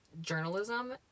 journalism